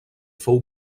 fou